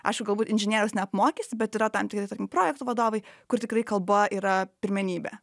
aišku galbūt inžinieriaus neapmokysi bet yra tam tikri tarkim projektų vadovai kur tikrai kalba yra pirmenybė